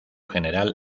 general